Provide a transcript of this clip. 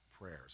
prayers